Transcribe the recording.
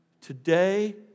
Today